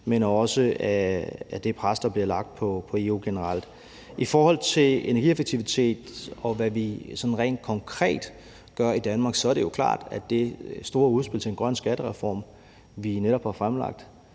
men også af det pres, der bliver lagt på EU generelt. I forhold til energieffektivitet, og hvad vi sådan rent konkret gør i Danmark, er det jo klart, at det store udspil til en grøn skattereform, vi netop har fremlagt,